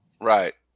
Right